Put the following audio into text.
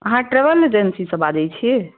अहाँ travel agency सॅं बाजै छी